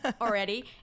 already